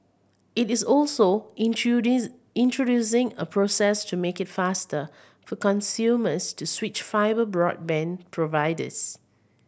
it is also introducing a process to make it faster for consumers to switch fibre broadband providers